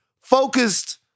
focused